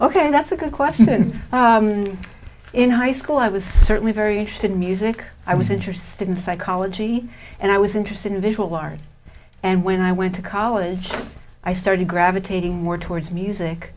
ok that's a good question and in high school i was certainly very interested in music i was interested in psychology and i was interested in visual art and when i went to college i started gravitating more towards music